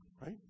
right